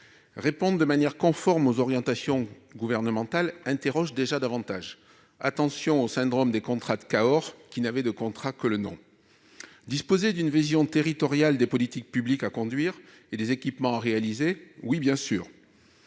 répondre de manière conforme aux orientations gouvernementales suscite plus d'interrogations. Attention au syndrome des contrats de Cahors qui n'avaient de contrat que le nom ! Disposer d'une vision territoriale des politiques publiques à conduire et des équipements à réaliser ? Oui, bien sûr